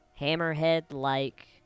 hammerhead-like